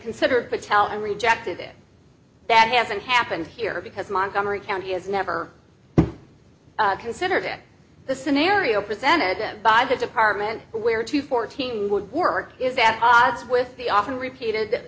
considered patel and rejected it that hasn't happened here because montgomery county has never considered in the scenario presented them by the department where two fourteen would work is at odds with the often repeated